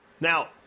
Now